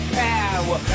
power